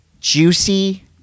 juicy